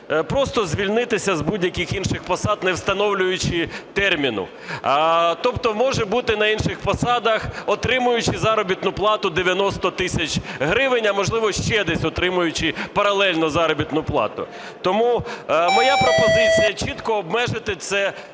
просто звільнитися з будь-яких інших посад, не встановлюючи терміну. Тобто може бути на інших посадах, отримуючи заробітну плату 90 тисяч гривень, а, можливо, ще десь отримуючи паралельно заробітну плату. Тому моя пропозиція чітко обмежити це